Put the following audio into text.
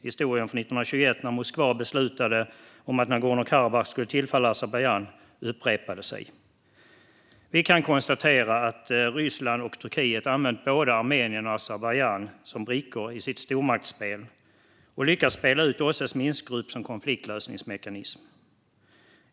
Historien från 1921, när Moskva beslutade om att Nagorno-Karabach skulle tillfalla Azerbajdzjan, upprepade sig. Vi kan konstatera att Ryssland och Turkiet använt både Armenien och Azerbajdzjan som brickor i sitt stormaktsspel och lyckats spela ut OSSE:s Minskgrupp som konfliktlösningsmekanism.